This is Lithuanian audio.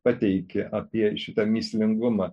pateikė apie šitą mįslingumą